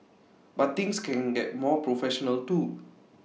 but things can get more professional too